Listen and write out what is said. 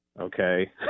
okay